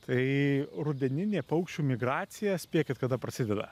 tai rudeninė paukščių migracija spėkit kada prasideda